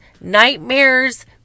nightmares